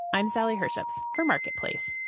i'm sally herships for marketplace